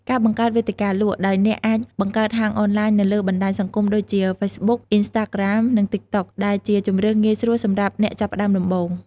ការបង្កើតវេទិកាលក់ ដោយអ្នកអាចបង្កើតហាងអនឡាញនៅលើបណ្ដាញសង្គមដូចជា ហ្វេសបុក អ៊ីនស្តាក្រាម និង តិកតុក ដែលជាជម្រើសងាយស្រួលសម្រាប់អ្នកចាប់ផ្ដើមដំបូង។